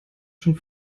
schon